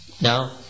Now